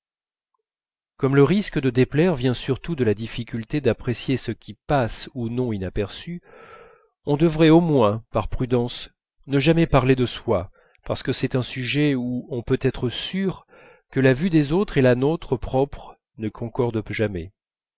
comme le risque de déplaire vient surtout de la difficulté d'apprécier ce qui passe ou non inaperçu on devrait au moins par prudence ne jamais parler de soi parce que c'est un sujet où on peut être sûr que la vue des autres et la nôtre propre ne concordent jamais